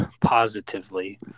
positively